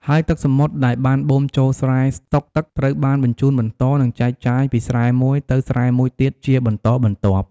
ហើយទឹកសមុទ្រដែលបានបូមចូលស្រែស្តុកទឹកត្រូវបានបញ្ជូនបន្ត និងចែកចាយពីស្រែមួយទៅស្រែមួយទៀតជាបន្តបន្ទាប់។